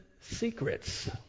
secrets